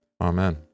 Amen